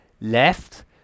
left